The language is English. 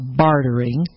bartering